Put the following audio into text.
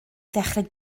ddechrau